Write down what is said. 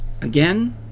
Again